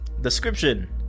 description